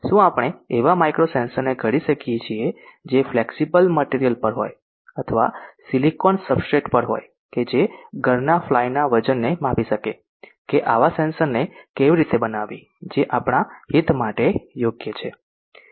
શું આપણે એવા માઇક્રો સેંસરને ઘડી શકીએ છીએ જે ફ્લેક્સિબલ મટિરિયલ પર હોય અથવા સિલિકોન સબસ્ટ્રેટ પર હોય કે જે ઘરના ફ્લાય ના વજનને માપી શકે કે આવા સેન્સર ને કેવી રીતે બનાવવી જે આપણા હિત માટે યોગ્ય છે